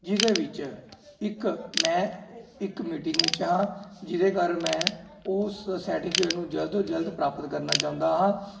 ਜਿਹਦੇ ਵਿੱਚ ਇੱਕ ਮੈਂ ਇੱਕ ਮੀਟਿੰਗ ਵਿੱਚ ਹਾਂ ਜਿਹਦੇ ਕਾਰਨ ਮੈਂ ਉਸ ਸਰਟੀਫਿਕੇਟ ਨੂੰ ਜਲਦ ਤੋਂ ਜਲਦ ਪ੍ਰਾਪਤ ਕਰਨਾ ਚਾਹੁੰਦਾ ਹਾਂ